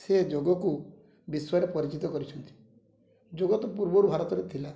ସେ ଯୋଗକୁ ବିଶ୍ୱରେ ପରିଚିତ କରିଛନ୍ତି ଯୋଗ ତ ପୂର୍ବରୁ ଭାରତରେ ଥିଲା